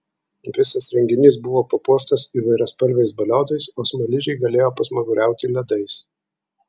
visas renginys buvo papuoštas įvairiaspalviais balionais o smaližiai galėjo pasmaguriauti ledais